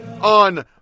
on